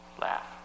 laugh